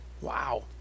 Wow